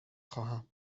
خواهم